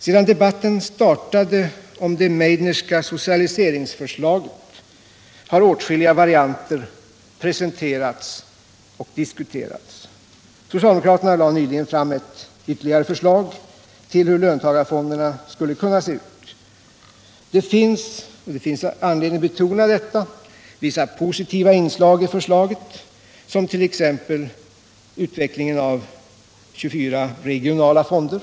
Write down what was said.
Sedan debatten om det Meidnerska socialiseringsförslaget startade har åtskilliga varianter presenterats och diskuterats. Socialdemokraterna lade nyligen fram ytterligare ett förslag om hur löntagarfonderna skulle kunna se ut. Det är — och det finns anledning att betona detta — vissa positiva punkter i förslaget, t.ex. utvecklingen av 24 regionala fonder.